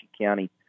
County